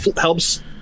helps